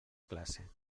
classe